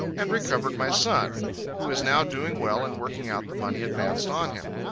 and recovered my son who is now doing well, in working out the money advanced on him.